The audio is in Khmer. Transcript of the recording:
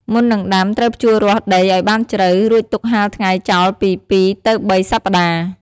មុននឹងដាំ ត្រូវភ្ជួររាស់ដីឲ្យបានជ្រៅ រួចទុកហាលថ្ងៃចោលពី ២ ទៅ ៣ សប្ដាហ៍។